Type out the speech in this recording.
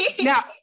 now